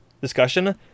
discussion